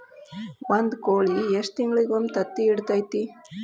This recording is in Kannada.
ಒಂದ್ ಕೋಳಿ ಎಷ್ಟ ತಿಂಗಳಿಗೊಮ್ಮೆ ತತ್ತಿ ಇಡತೈತಿ?